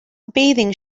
bathing